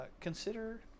consider